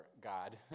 God